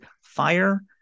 Fire